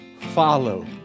follow